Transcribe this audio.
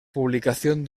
publicación